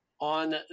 On